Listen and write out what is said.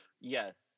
Yes